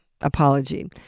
apology